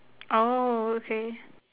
orh okay